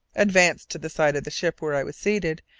advanced to the side of the ship where i was seated,